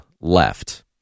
left